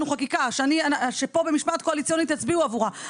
חקיקה שפה במשמעת קואליציונית הצביעו עבורה,